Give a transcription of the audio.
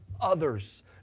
others